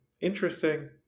interesting